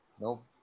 Nope